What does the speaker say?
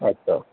اچھا